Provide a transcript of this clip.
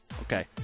Okay